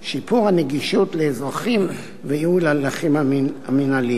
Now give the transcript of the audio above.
שיפור הנגישות לאזרחים וייעול ההליכים המינהליים.